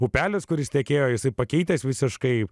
upelis kuris tekėjo jisai pakeitęs visiškai